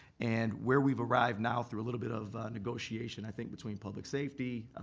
and, where we've arrived now through a little bit of negotiation i think between public safety,